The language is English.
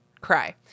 cry